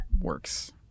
works